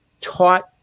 taught